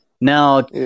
Now